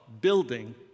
building